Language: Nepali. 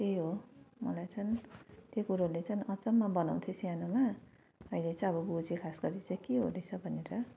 त्यही हो मलाई चाहिँ त्यो कुरोले चाहिँ अचम्म बनाउथ्यो सानोमा अहिले चाहिँ अब बुझे खास गरी चाहिँ के हो रहेछ भनेर